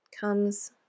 comes